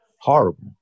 Horrible